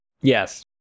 Yes